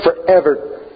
forever